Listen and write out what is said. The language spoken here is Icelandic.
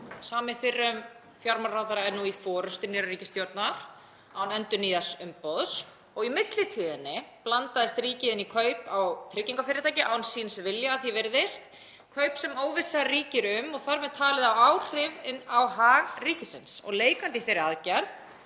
Sami fyrrum fjármálaráðherra er nú í forystu nýrrar ríkisstjórnar án endurnýjaðs umboðs. Og í millitíðinni blandaðist ríkið inn í kaup á tryggingafyrirtæki án síns vilja að því er virðist, kaup sem óvissa ríkir um og þar með talið áhrifin á hag ríkisins. Leikandi í þeirri aðgerð